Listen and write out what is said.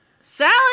Salad